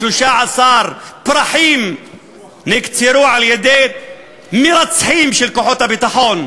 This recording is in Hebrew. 13 פרחים נקצרו על-ידי מרצחים של כוחות הביטחון.